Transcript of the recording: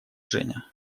женя